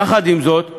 יחד עם זאת,